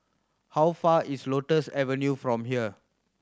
how far is Lotus Avenue from here